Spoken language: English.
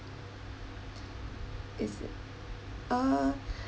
is it uh